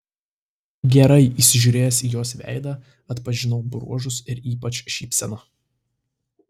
gerai įsižiūrėjęs į jos veidą atpažinau bruožus ir ypač šypseną